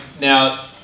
Now